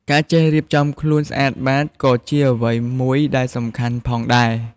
ការចេះរៀបចំខ្លួនស្អាតបាតក៏ជាអ្វីមួយដែលសំខាន់ផងដែរ។